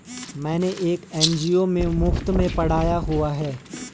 मैंने एक एन.जी.ओ में मुफ़्त में पढ़ाया हुआ है